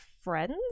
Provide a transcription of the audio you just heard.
friends